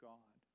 God